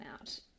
out